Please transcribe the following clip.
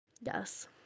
Yes